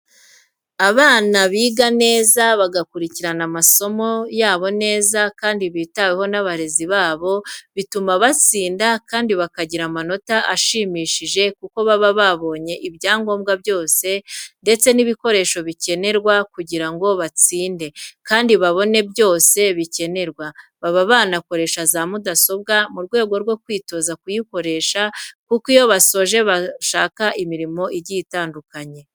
Abana biga neza bagakurikirana amasomo yabo neza kandi bitaweho n'abarezi babo bituma batsinda kandi bakagira amanota ashimishije kuko baba babonye ibyangombwa byose ndetse n'ibikoresho bikenerwa kugira ngo batsinde kandi babone byose bikenerwa, baba banakoresha za mudasobwa mu rwego rwo kwitoza kuyikoresha kuko iyo basoje amashuri bashaka imirimo igiye itandukanye.